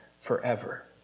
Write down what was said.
forever